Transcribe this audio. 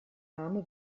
name